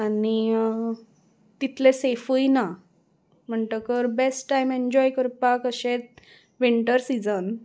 आनी तितले सेफूय ना म्हणटकर बेस्ट टायम एन्जॉय करपाक अशें विंटर सिजन